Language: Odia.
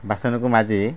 ବାସନକୁ ମାଜି